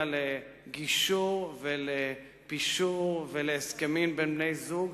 לגישור ולפישור ולהסכמים בין בני-זוג,